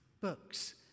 books